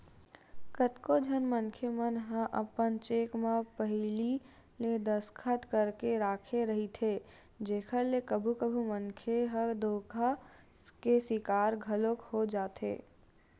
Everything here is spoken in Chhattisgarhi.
कतको झन मनखे मन ह अपन चेक मन म पहिली ले दस्खत करके राखे रहिथे जेखर ले कभू कभू मनखे ह धोखा के सिकार घलोक हो जाथे